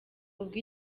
ubwo